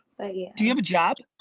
yeah do you have a job.